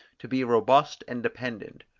to be robust and dependent.